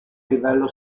livello